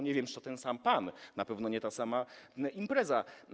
Nie wiem, czy to ten sam pan, na pewno nie ta sama impreza.